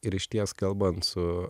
ir išties kalbant su